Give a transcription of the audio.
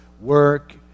work